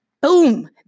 boom